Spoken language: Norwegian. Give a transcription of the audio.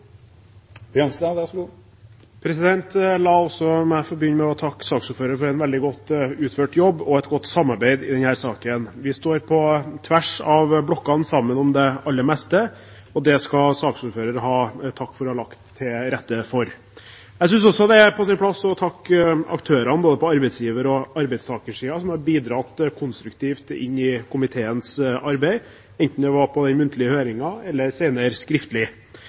La også meg få begynne med å takke saksordføreren for en veldig godt utført jobb og et godt samarbeid i denne saken. Vi står – på tvers på blokkene – sammen om det aller meste, og det skal saksordføreren ha takk for å ha lagt til rette for. Jeg synes også det er på sin plass å takke aktørene både på arbeidsgiversiden og på arbeidstakersiden, som har bidratt konstruktivt inn i komiteens arbeid, enten det var i den muntlige høringen, eller senere, skriftlig.